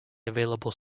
available